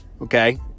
okay